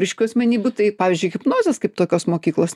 ryškių asmenybių tai pavyzdžiui hipnozės kaip tokios mokyklos